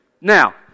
Now